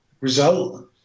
result